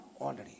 already